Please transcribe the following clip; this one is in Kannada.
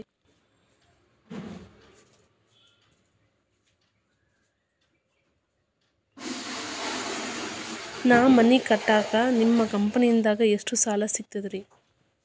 ನಾ ಮನಿ ಕಟ್ಟಾಕ ನಿಮ್ಮ ಕಂಪನಿದಾಗ ಎಷ್ಟ ಸಾಲ ಸಿಗತೈತ್ರಿ?